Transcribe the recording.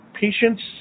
patients